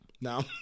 No